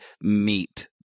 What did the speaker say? meet